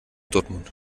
dortmund